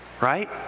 right